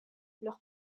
leur